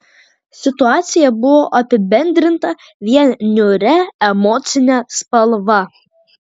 situacija buvo apibendrinta vien niūria emocine spalva